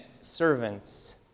servants